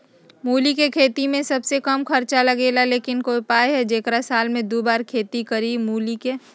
मूली के खेती में सबसे कम खर्च लगेला लेकिन कोई उपाय है कि जेसे साल में दो बार खेती करी मूली के?